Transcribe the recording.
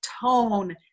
tone